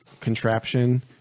contraption